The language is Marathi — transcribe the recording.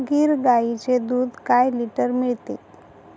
गीर गाईचे दूध काय लिटर मिळते?